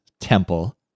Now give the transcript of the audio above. temple